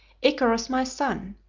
icarus, my son,